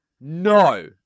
no